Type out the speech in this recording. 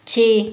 ਛੇ